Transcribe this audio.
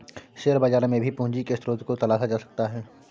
share बाजार में भी पूंजी के स्रोत को तलाशा जा सकता है